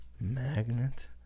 magnet